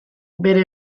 bere